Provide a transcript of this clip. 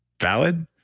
valid?